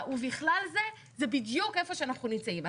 ה-"ובכלל זה" זה בדיוק איפה שאנחנו נמצאים.